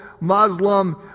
Muslim